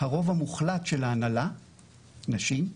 הרוב המוחלט של ההנהלה נשים,